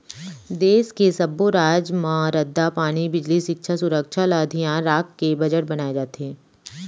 देस के सब्बो राज म रद्दा, पानी, बिजली, सिक्छा, सुरक्छा ल धियान राखके बजट बनाए जाथे